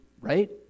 right